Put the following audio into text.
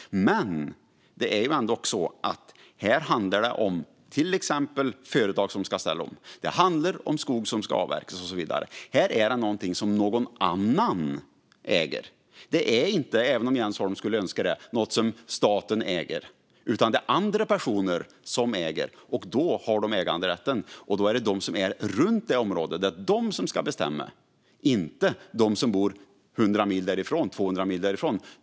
Men här handlar det om till exempel företag som ska ställa om, om skog som ska avverkas och så vidare. Det är något som någon annan äger. Det är inte, även om Jens Holm skulle önska det, något som staten äger, utan det är andra personer som har äganderätten. Då är det de som är runt det området som ska bestämma, inte de som bor 100 eller 200 mil därifrån.